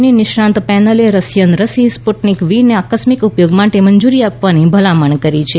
ની નિષ્ણાત પેનલે રશિયન રસી સ્પુટનિક વી ને આકસ્મિક ઉપયોગ માટે મંજૂરી આપવાની ભલામણ કરી છે